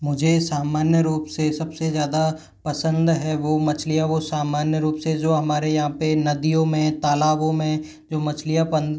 मुझे सामान्य रूप से सबसे ज़्यादा पसंद है वो मछलियाँ वो सामान्य रूप से जो हमारे यहाँ पे नदियों में तालाबों में जो मछलियाँ